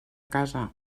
casa